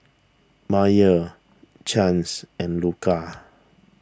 Myah Chace and Luka